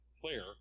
clear